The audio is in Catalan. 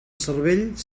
cervell